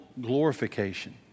glorification